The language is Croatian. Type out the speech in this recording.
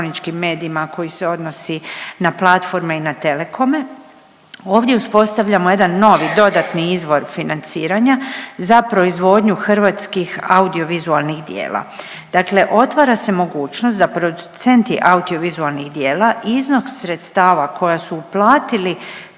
koji se odnosi na platforme i na telekome ovdje uspostavljamo jedan novi dodatni izvor financiranja za proizvodnju hrvatskih audiovizualnih dijela. Dakle, otvara se mogućnost da producenti audiovizualnih dijela iznos sredstava koja su uplatili